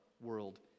world